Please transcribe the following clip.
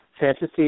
fantasy